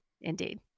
Indeed